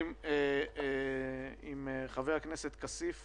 יש עוד 3,800 משפחתונים מוכרים.